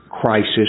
crisis